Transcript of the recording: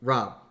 Rob